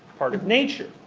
part of nature.